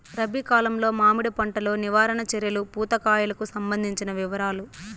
రబి కాలంలో మామిడి పంట లో నివారణ చర్యలు పూత కాయలకు సంబంధించిన వివరాలు?